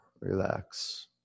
Relax